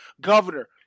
governor